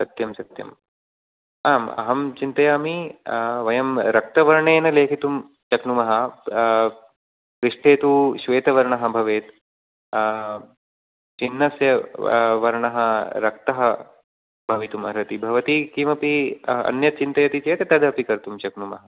सत्यं सत्यं आम् अहं चिन्तयामि वयं रक्तवर्णेन लेखितुं शक्नुमः पृष्ठे तू श्वेतवर्णः भवेत् चिह्नस्य वर्णः रक्तः भवितुमर्हति भवती किमपि अन्यत् चिन्तयति चेत् तदपि कर्तुं शक्नुमः